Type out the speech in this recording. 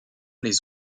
les